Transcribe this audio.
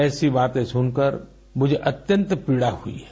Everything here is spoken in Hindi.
ऐसी बातें सुनकर मुझे अत्यंत पीड़ा हुई है